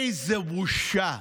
איזו בושה.